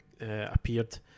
appeared